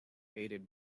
aided